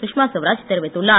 சுஷ்மா சுவராஜ் தெரிவித்துள்ளார்